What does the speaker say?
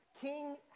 King